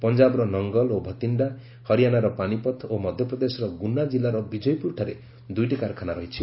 ପଞ୍ଜାବର ନଙ୍ଗଲ ଓ ଭତିଣ୍ଡା ହରିଆଣାର ପାନିପଥ୍ ଓ ମଧ୍ୟପ୍ରଦେଶରେ ଗୁନା ଜିଲ୍ଲାର ବିଜୟପୁରଠାରେ ଦୁଇଟି କାରଖାନା ରହିଛି